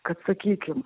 kad sakykim